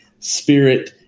spirit